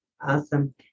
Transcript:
Awesome